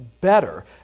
better